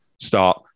start